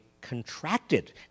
contracted